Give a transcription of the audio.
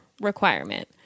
requirement